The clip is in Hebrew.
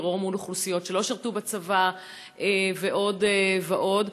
טרור מול אוכלוסיות שלא שירתו בצבא ועוד ועוד.